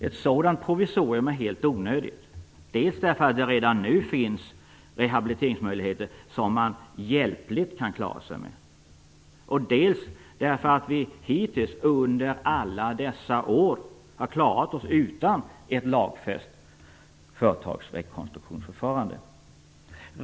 Ett sådant provisorium är helt onödigt - dels därför att det redan nu finns rehabiliteringsmöjligheter som man hjälpligt kan klara sig med, dels därför att vi hittills under alla dessa år har klarat oss utan ett lagfäst företagsrekonstruktionsförfarande.